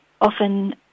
often